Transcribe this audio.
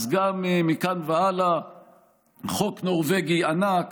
אז מכאן והלאה חוק נורבגי ענק